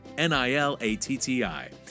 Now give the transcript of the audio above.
N-I-L-A-T-T-I